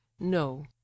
no